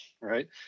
right